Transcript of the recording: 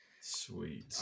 Sweet